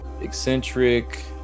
eccentric